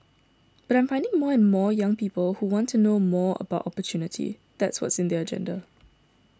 but I'm finding more and more young people who want to know more about opportunity that's what's in their agenda